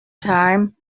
time